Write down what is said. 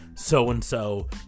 so-and-so